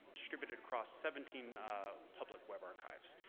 distributed across seventeen public web archives.